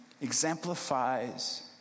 exemplifies